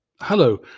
Hello